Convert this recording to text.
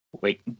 wait